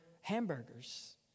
hamburgers